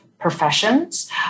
professions